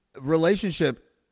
relationship